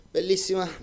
Bellissima